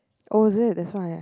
oh is it that's why ah